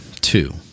Two